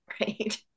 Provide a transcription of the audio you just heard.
right